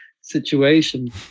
situation